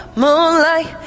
moonlight